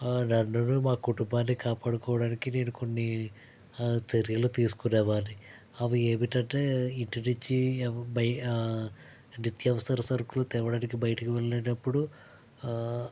నన్ను మా కుటుంబాన్ని కాపాడుకోవడానికి నేను కొన్ని చర్యలు తీసుకునే వా అవి ఏమిటంటే ఇంటి నుంచి బై నిత్యవసర సరుకులు తేవడానికి బయటకు వెళ్లినప్పుడు